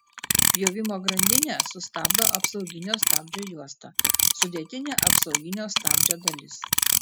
pjovimo grandinę sustabdo apsauginio stabdžio juosta sudėtinė apsauginio stabdžio dalis